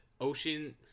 Ocean